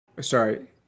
Sorry